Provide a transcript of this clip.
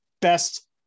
best